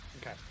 okay